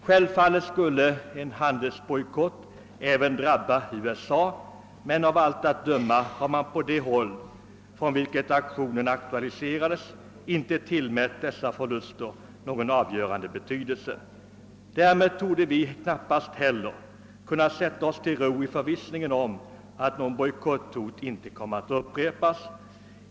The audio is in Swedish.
— Självfallet skulle en handelsbojkott även drabba USA, men av allt att döma har man på det håll från vilket aktionen aktualiserades inte tillmätt dylika förluster någon avgörande betydelse. Därmed torde vi knappast heller kunna slå oss till ro i förvissning om att bojkotthotet inte kommer att upprepas.